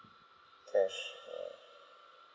cash ya